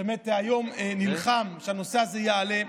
שבאמת היום נלחם כדי שהנושא הזה יעלה.